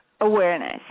awareness